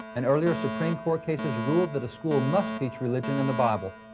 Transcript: and earlier supreme court cases ruled that a school must teach religion and the bible.